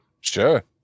Sure